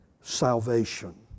salvation